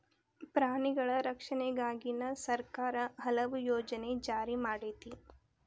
ಪ್ರಾಣಿಗಳ ರಕ್ಷಣೆಗಾಗಿನ ಸರ್ಕಾರಾ ಹಲವು ಯೋಜನೆ ಜಾರಿ ಮಾಡೆತಿ